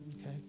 okay